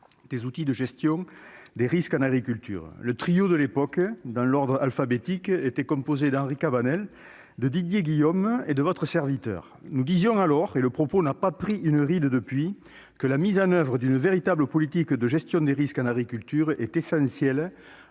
des outils de gestion des risques en agriculture. Le trio de l'époque, dans l'ordre alphabétique, était composé d'Henri Cabanel, de Didier Guillaume et de moi-même. Nous disions alors, et le propos n'a pas pris une ride depuis, que la mise en oeuvre d'une véritable politique de gestion des risques en agriculture était essentielle